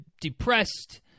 depressed